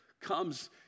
comes